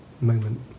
moment